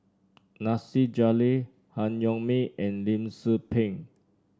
Nasir Jalil Han Yong May and Lim Tze Peng